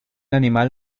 animal